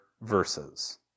verses